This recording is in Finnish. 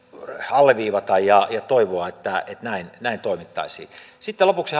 alleviivata ja ja toivoa että näin näin toimittaisiin sitten lopuksi